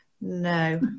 No